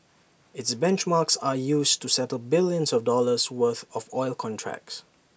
its benchmarks are used to settle billions of dollars worth of oil contracts